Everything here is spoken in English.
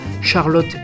Charlotte